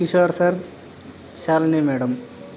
Kishore sir Shalini madam